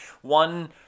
One